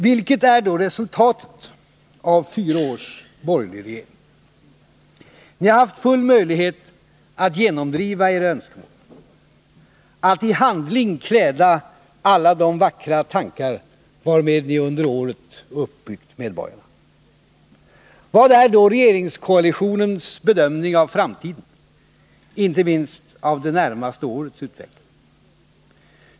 Vilket är då resultatet av fyra års borgerlig regering? Ni har haft full möjlighet att genomdriva era önskemål, att i handling kläda alla de vackra tankar varmed ni under åren uppbyggt medborgarna. Vad är då regeringskoalitionens bedömning av framtiden, inte minst av det närmaste årets utveckling?